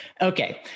Okay